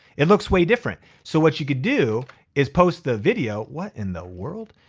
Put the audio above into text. it looks way different. so what you could do is post the video, what in the world,